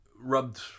rubbed